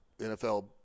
NFL